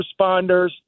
responders